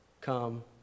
come